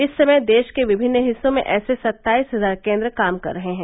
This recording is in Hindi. इस समय देश के विभिन्न हिस्सों में ऐसे सत्ताईस हजार केन्द्र काम कर रहे हैं